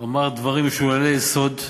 הוא אמר דברים שהם נטולי יסוד,